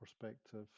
perspective